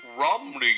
Romney